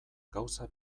gauza